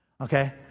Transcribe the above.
Okay